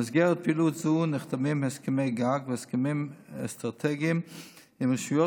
במסגרת פעילות זו נחתמים הסכמי גג והסכמים אסטרטגיים עם רשויות